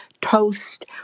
toast